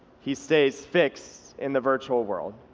he stays fixed in the virtual world